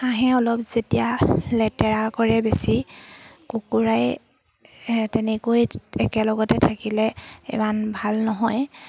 হাঁহে অলপ যেতিয়া লেতেৰা কৰে বেছি কুকুৰাই তেনেকৈ একেলগতে থাকিলে ইমান ভাল নহয়